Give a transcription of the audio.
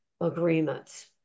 agreements